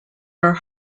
are